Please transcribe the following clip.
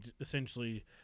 essentially